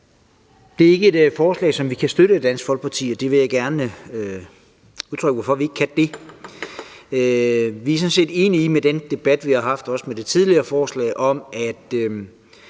Det er ikke et forslag, som vi kan støtte i Dansk Folkeparti, og jeg vil gerne udtrykke, hvorfor vi ikke kan det. Vi er sådan set enige i – jævnfør den debat, vi også har haft om det tidligere forslag – at